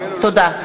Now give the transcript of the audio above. תודה.